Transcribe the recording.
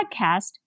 podcast